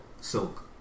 Silk